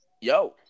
Yo